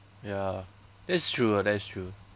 ya that's true ah that's true